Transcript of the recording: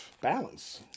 balance